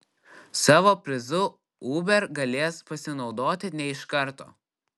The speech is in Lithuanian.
savo prizu uber galės pasinaudoti ne iš karto